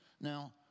Now